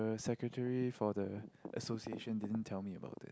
secretary for the association didn't tell me about it